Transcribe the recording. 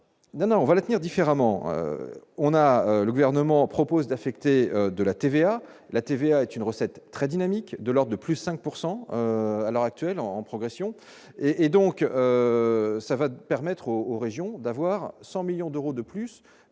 non on va l'avenir différemment, on a le gouvernement propose d'affecter de la TVA, la TVA est une recette très dynamique de leur de plus 5 pourcent à l'heure actuelle en progression et et donc ça va permettre aux régions d'avoir 100 millions d'euros de plus